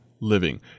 living